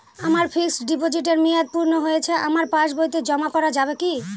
আমার ফিক্সট ডিপোজিটের মেয়াদ পূর্ণ হয়েছে আমার পাস বইতে জমা করা যাবে কি?